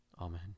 Amen